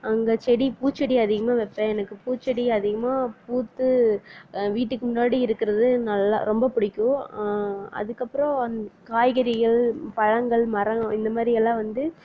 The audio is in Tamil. அங்கே செடி பூச்செடி அதிகமாக வைப்பேன் எனக்கு பூச்செடி அதிகமாக பூத்து வீட்டுக்கு முன்னாடி இருக்கிறது நல்லா ரொம்ப பிடிக்கும் அதுக்கப்புறம் காய்கறிகள் பழங்கள் மரம் இந்த மாதிரியெல்லா வந்து